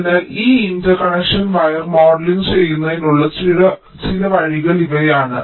അതിനാൽ ഈ interconnection wire modelling ചെയ്യുന്നതിനുള്ള ചില വഴികൾ ഇവയാണ്